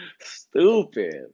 Stupid